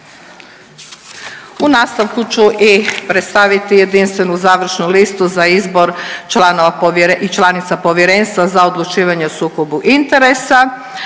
U nastavku ću i predstaviti Jedinstvenu završnu listu za izbor članova Povjere… i članica Povjerenstva za odlučivanje o sukobu interesa.